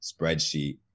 spreadsheet